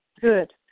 Good